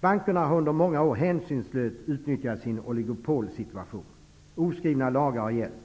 Bankerna har under många år hänsynslöst utnyttjat sin oligopolsituation. Oskrivna lagar har gällt.